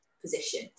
position